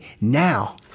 now